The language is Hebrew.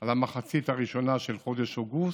על המחצית הראשונה של חודש אוגוסט,